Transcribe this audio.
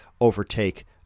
overtake